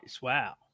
Wow